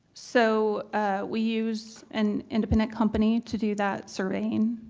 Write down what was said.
so we use an independent company to do that surveying.